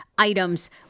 items